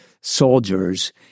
soldiers